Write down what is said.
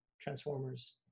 Transformers